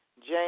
Jane